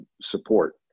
support